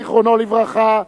זיכרונו לברכה,